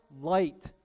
light